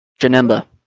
Janemba